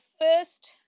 first